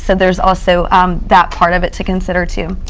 so there's also that part of it to consider too.